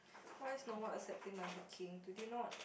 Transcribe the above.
why is no one accepting my booking do they not